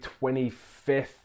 25th